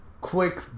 quick